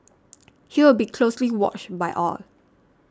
he will be closely watched by all